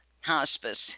hospice